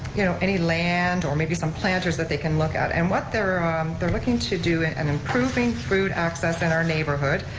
you know, any land or maybe some planters that they can look at, and what they're they're looking to do, and and improving food access in our neighborhood,